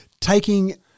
taking